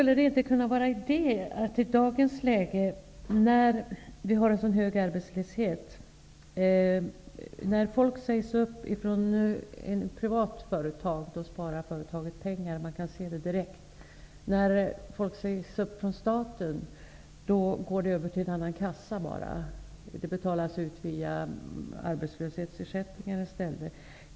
Herr talman! I dagens läge har vi hög arbetslöshet. När folk sägs upp från privata företag sparar företaget pengar. Det kan man se direkt. När folk sägs upp från en statlig tjänst blir det bara fråga om en annan kassa. Pengar betalas ut via arbetslöshetsersättningen i stället.